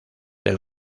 del